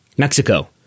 Mexico